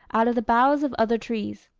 out of the boughs of other trees.